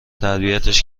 تربیتش